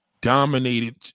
Dominated